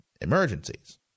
emergencies